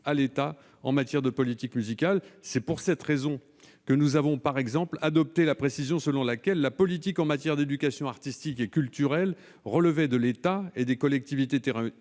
à l'État en matière de politique musicale. C'est pour cette raison que nous avons, par exemple, précisé que la politique en matière d'éducation artistique et culturelle relève de l'État et des collectivités